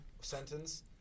sentence